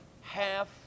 half